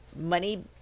money